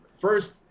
first